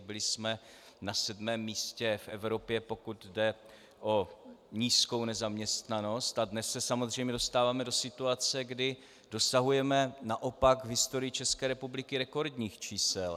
Byli jsme na sedmém místě v Evropě, pokud jde o nízkou nezaměstnanost, a dnes se samozřejmě dostáváme do situace, kdy dosahujeme naopak v historii České republiky rekordních čísel.